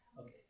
Okay